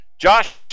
Josh